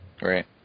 Right